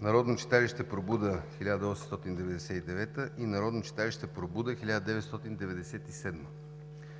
народно читалище „Пробуда“ – 1899, и народно читалище „Пробуда“ – 1997.